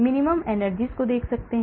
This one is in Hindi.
हम minimum energies को देख सकते हैं